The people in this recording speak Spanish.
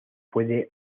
puede